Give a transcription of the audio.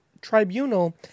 tribunal